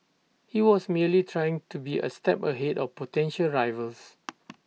he was merely trying to be A step ahead of potential rivals